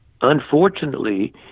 Unfortunately